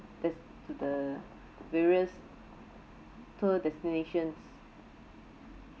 des~ to the various tour destination